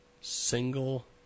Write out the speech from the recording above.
single